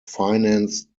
financed